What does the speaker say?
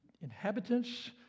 inhabitants